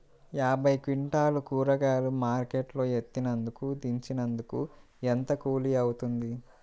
యాభై క్వింటాలు కూరగాయలు మార్కెట్ లో ఎత్తినందుకు, దించినందుకు ఏంత కూలి అవుతుంది?